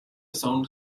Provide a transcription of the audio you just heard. sound